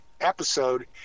episode